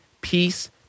peace